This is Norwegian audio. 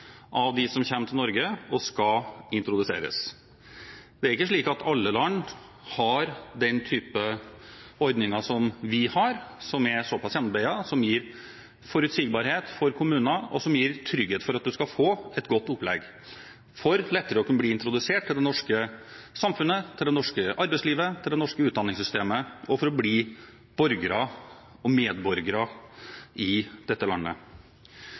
som skal integreres. Det er ikke slik at alle land har den typen ordninger som vi har, som er så pass gjennomarbeidet, som gir forutsigbarhet for kommuner, og som gir trygghet for at en skal få et godt opplegg for lettere å kunne bli introdusert til det norske samfunnet, til det norske arbeidslivet, til det norske utdanningssystemet, for å bli borgere og medborgere i dette landet.